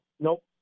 Nope